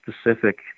specific